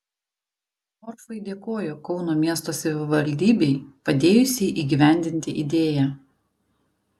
morfai dėkojo kauno miesto savivaldybei padėjusiai įgyvendinti idėją